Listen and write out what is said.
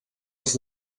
els